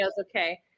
Okay